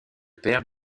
père